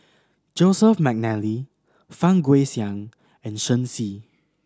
Joseph McNally Fang Guixiang and Shen Xi